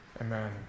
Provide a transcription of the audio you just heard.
Amen